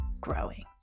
growing